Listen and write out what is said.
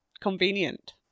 Convenient